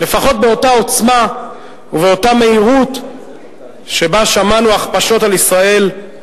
לפחות באותה עוצמה ובאותה מהירות שבהן שמענו הכפשות על ישראל,